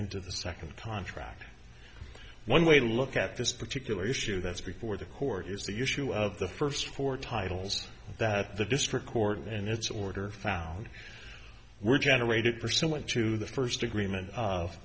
into the second contract one way to look at this particular issue that's before the court is the issue of the first four titles that the district court and its order found were generated pursuant to the first agreement of